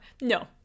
no